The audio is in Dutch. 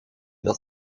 dat